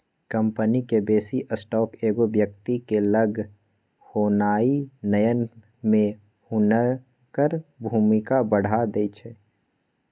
company के बेशी stock एगो व्यक्ति के लग होनाइ नयन में हुनकर भूमिका बढ़ा देइ छै